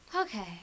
Okay